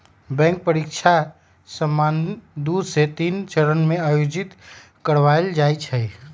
bank परीकछा सामान्य दू से तीन चरण में आयोजित करबायल जाइ छइ